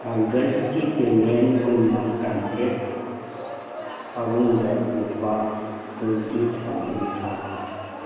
ꯑꯒꯁꯀꯤ payment ꯑꯣꯏꯅ contact ꯄꯥꯕꯨꯡꯗ ꯂꯨꯄꯥ ꯇ꯭ꯋꯦꯟꯇꯤ ꯊꯥꯎꯖꯟ ꯊꯥꯈꯣ